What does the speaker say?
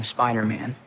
Spider-Man